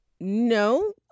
No